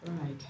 Right